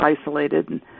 isolated